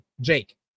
Jake